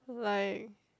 like